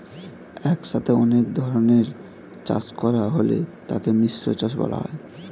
একসাথে অনেক ধরনের চাষ করা হলে তাকে মিশ্র চাষ বলা হয়